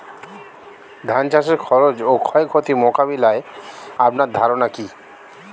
ধান চাষের খরচ ও ক্ষয়ক্ষতি মোকাবিলায় আপনার ধারণা কী?